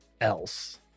else